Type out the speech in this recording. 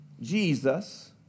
Jesus